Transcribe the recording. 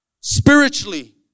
Spiritually